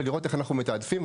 ולראות איך אנחנו מתעדפים,